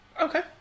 Okay